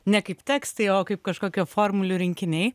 ne kaip tekstai o kaip kažkokių formulių rinkiniai